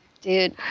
Dude